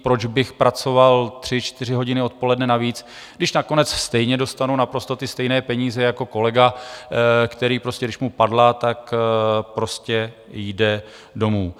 Proč bych pracoval tři čtyři hodiny odpoledne navíc, když nakonec stejně dostanu naprosto ty stejné peníze jako kolega, který prostě, když mu padla, tak prostě jde domů?